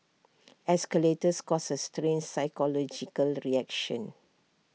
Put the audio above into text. escalators cause A strange psychological reaction